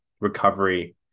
recovery